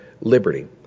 liberty